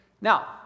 Now